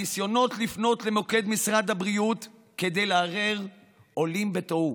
הניסיונות לפנות למוקד משרד הבריאות כדי לערער עולים בתוהו.